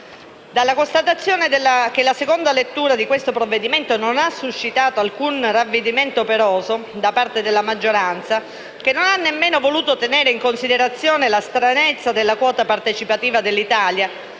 la constatazione che la seconda lettura di questo provvedimento non ha suscitato alcun ravvedimento operoso da parte della maggioranza, che non ha nemmeno voluto tenere in considerazione la stranezza della quota partecipativa dell'Italia,